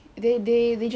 jalan dengan dia